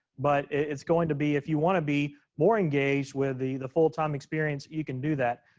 but it's going to be, if you want to be more engaged with the the full time experience, you can do that.